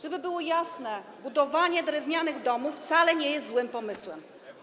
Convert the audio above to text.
Żeby było jasne: budowanie drewnianych domów wcale nie jest złym pomysłem.